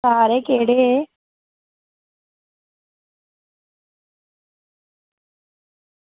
सारे केह्ड़े